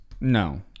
No